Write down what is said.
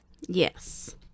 Yes